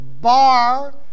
bar